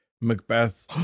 Macbeth